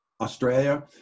Australia